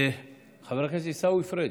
חבר הכנסת עיסאווי פריג'.